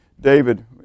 David